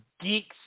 geeks